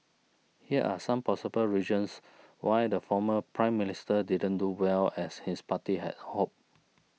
here are some possible reasons why the former Prime Minister didn't do well as his party had hoped